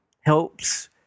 helps